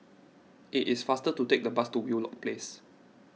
it is faster to take the bus to Wheelock Place